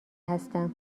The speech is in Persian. هستم